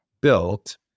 built